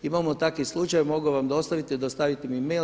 Imamo takvih slučajeva, mogu vam dostaviti, dostavite mi mail.